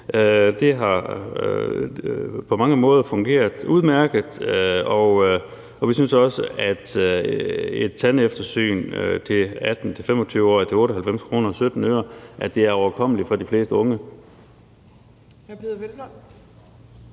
Det har på mange måder fungeret udmærket. Og vi synes også, at et tandeftersyn for 18-25-årige til 98 kr. og 17 øre er overkommeligt for de fleste unge.